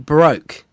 Broke